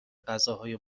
غذاهای